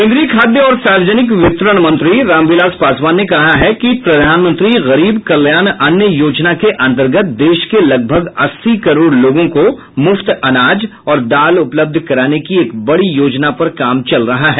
केंद्रीय खाद्य और सार्वजनिक वितरण मंत्री रामविलास पासवान ने कहा है कि प्रधानमंत्री गरीब कल्याण अन्न योजना के अंतर्गत देश के लगभग अस्सी करोड़ लोगों को मुफ्त अनाज और दाल उपलब्ध कराने की एक बड़ी योजना पर काम चल रहा है